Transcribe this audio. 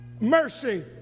Mercy